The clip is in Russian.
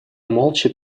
молча